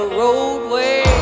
roadway